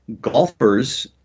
golfers